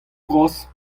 bras